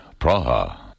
Praha